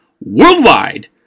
worldwide